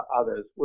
others